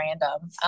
random